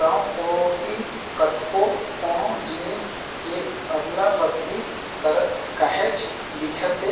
गाँव कोती कतको कोनो जिनिस के अदला बदली करत काहेच दिखथे,